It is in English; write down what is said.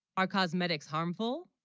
our cosmetics harmful